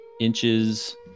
inches